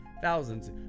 thousands